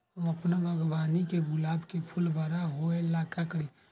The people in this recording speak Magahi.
हम अपना बागवानी के गुलाब के फूल बारा होय ला का करी?